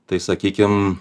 tai sakykim